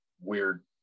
weird